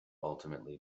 ultimately